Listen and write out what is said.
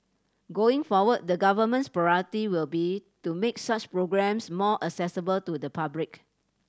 going forward the Government's priority will be to make such programmes more accessible to the public